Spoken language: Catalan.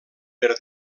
per